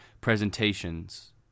presentations